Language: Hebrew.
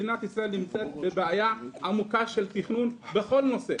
מדינת ישראל נמצאת בבעיה עמוקה של תכנון בכל נושא,